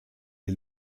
est